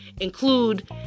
include